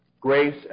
grace